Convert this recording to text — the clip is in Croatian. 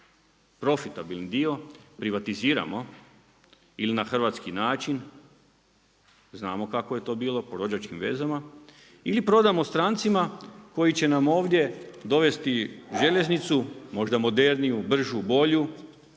profitabilni dio privatiziramo ili na hrvatski način, znamo kako je to bilo, po rođačkim vezano ili prodamo strancima koji će nam ovdje dovesti željeznicu, možda moderniju, bržu, bolju,